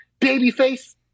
babyface